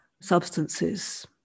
substances